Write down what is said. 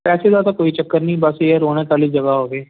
ਪੈਸੇ ਦਾ ਤਾਂ ਕੋਈ ਚੱਕਰ ਨਹੀਂ ਬਸ ਇਹ ਹੈ ਰੋਣਾ ਖਾਲੀ ਜਗ੍ਹਾ ਹੋਵੇ